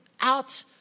out